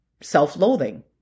self-loathing